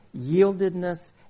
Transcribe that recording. yieldedness